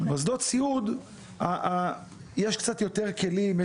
במוסדות סיעוד יש קצת יותר כלים,